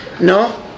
No